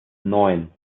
neun